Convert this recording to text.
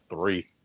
three